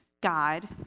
God